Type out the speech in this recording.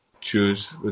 choose